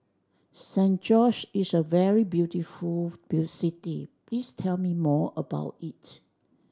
San Jose is a very beautiful city please tell me more about it